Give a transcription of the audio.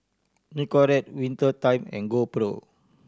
Nicorette Winter Time and GoPro